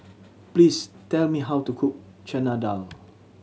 please tell me how to cook Chana Dal